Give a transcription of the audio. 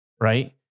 Right